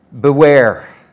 beware